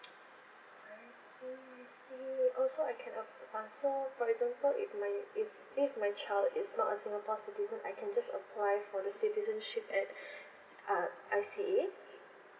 I see I see oh so I can ap~ ah so for example if my if if my child is not a singapore citizen I can just apply for the citizenship at uh I_C_A